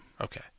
Okay